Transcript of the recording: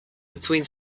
between